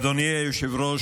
אדוני היושב-ראש,